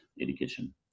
education